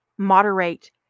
moderate